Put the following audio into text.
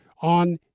on